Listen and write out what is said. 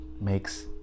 makes